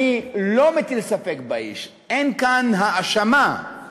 אני לא מטיל ספק באיש, אין כאן האשמה של